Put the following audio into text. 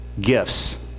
gifts